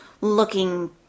looking